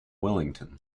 wellington